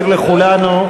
להזכיר לכולנו,